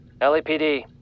LAPD